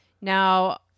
Now